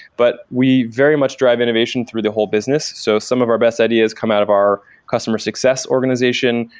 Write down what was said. but we very much drive innovation through the whole business. so some of our best ideas come out of our customer success organization,